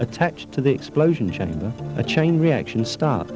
attached to the explosion in a chain reaction stop